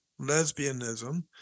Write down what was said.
lesbianism